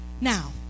now